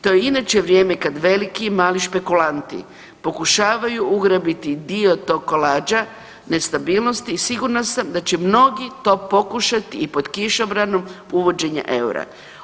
To je inače vrijeme kad veliki i mali špekulanti pokušavaju ugrabiti dio tog kolača nestabilnosti i sigurna sam da će mnogi to pokušati i pod kišobranom uvođenja eura.